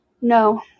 No